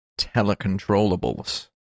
telecontrollables